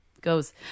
goes